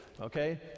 okay